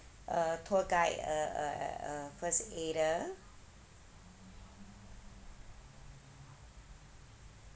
uh tour guide a a a a first aider